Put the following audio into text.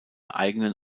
eigenen